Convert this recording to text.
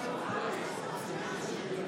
הסתייגות 35 לחלופין